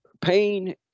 pain